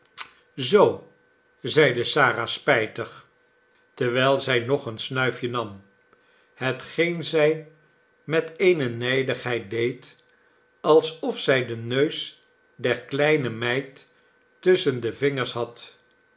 zoo zeide sara spijtig terwijl zij nog een snuifje nam hetgeen zij met eene nijdigheid deed alsof zij den neus der kleine meid tusschen de vingers had